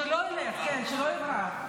שלא ילך, שלא יברח.